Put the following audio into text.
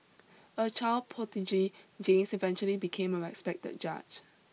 a child prodigy James eventually became a respected judge